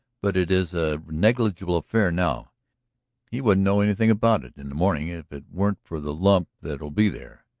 but it is a negligible affair now he wouldn't know anything about it in the morning if it weren't for the lump that'll be there.